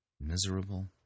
miserable